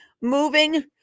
moving